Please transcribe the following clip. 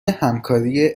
همکاری